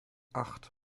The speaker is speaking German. acht